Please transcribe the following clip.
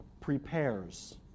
prepares